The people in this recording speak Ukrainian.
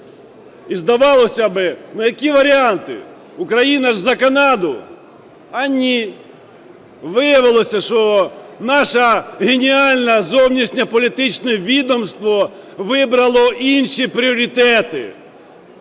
І здавалося би, ну які варіанти? Україна ж за Канаду! А – ні! Виявилося, що наше геніальне зовнішньополітичне відомство вибрало інші пріоритети.